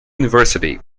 university